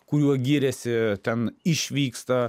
kuriuo giriasi ten išvyksta